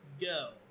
go